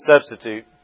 substitute